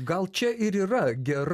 gal čia ir yra gerai